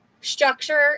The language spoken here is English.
structure